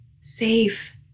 Safe